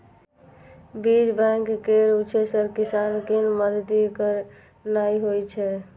बीज बैंक केर उद्देश्य किसान कें मदति करनाइ होइ छै